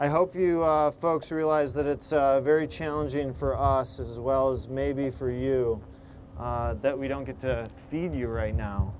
i hope you folks realize that it's very challenging for us as well as maybe for you that we don't get to feed you right now